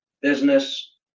business